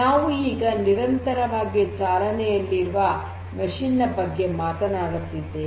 ನಾವು ಈಗ ನಿರಂತರವಾಗಿ ಚಾಲನೆಯಲ್ಲಿರುವ ಯಂತ್ರದ ಬಗ್ಗೆ ಮಾತನಾಡುತ್ತಿದ್ದೇವೆ